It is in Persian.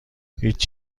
هیچ